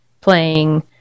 playing